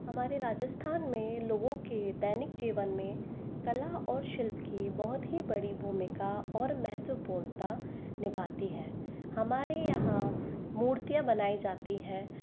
हमारे राजस्थान में लोगों के दैनिक जीवन में कला और शिल्प की बहुत ही बड़ी भूमिका और महत्वपूर्णता निभाती है हमारे यहाँ मूर्तियाँ बनाई जाती हैं